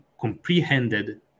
Comprehended